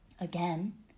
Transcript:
again